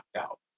out